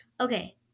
Okay